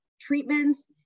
treatments